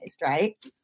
right